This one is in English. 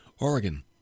Oregon